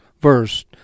verse